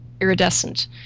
iridescent